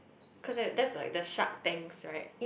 cause it that's like the shark tanks right